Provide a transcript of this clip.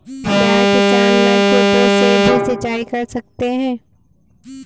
क्या किसान नल कूपों से भी सिंचाई कर सकते हैं?